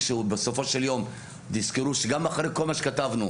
בסופו של יום תזכרו שגם אחרי כל מה שכתבתנו